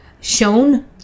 shown